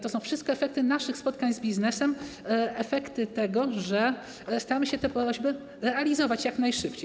To są wszystko efekty naszych spotkań z biznesem, efekty tego, że staramy się te prośby realizować jak najszybciej.